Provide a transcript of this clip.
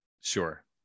Sure